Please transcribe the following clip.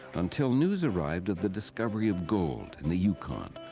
until news arrived of the discovery of gold in the yukon.